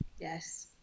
Yes